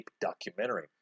documentary